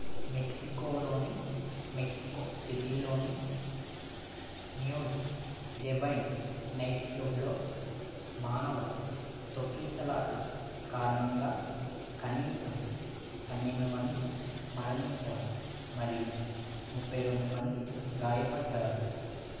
మెక్సికోలోని Mexico city లోని News Divine night club లో మానవ తొక్కిసలాట కారణంగా కనీసం పన్నెండు మంది మరణించారు మరియు ముప్పై రెండు మంది గాయపడ్డారు